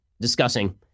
discussing